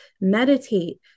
meditate